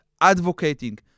advocating